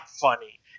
funny